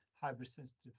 hypersensitive